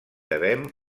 devem